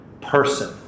person